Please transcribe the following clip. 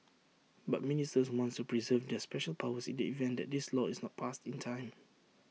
but ministers wanted to preserve their special powers in the event that this law is not passed in time